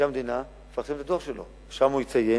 מבקר המדינה יפרסם את הדוח שלו, שם הוא יציין